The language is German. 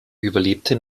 überlebte